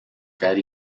caer